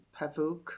Pavuk